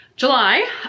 july